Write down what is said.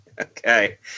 Okay